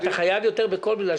המדינה.